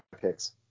picks